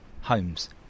homes